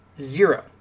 Zero